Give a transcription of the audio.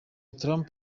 trump